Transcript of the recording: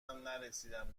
نرسیدم